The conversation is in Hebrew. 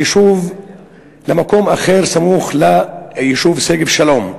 למקום אחר, סמוך ליישוב שגב-שלום,